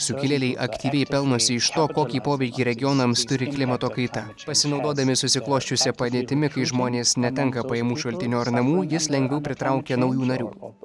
sukilėliai aktyviai pelnosi iš to kokį poveikį regionams turi klimato kaita pasinaudodami susiklosčiusia padėtimi kai žmonės netenka pajamų šaltinio ar namų jis lengviau pritraukia naujų narių